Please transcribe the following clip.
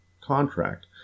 contract